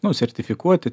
nu sertifikuoti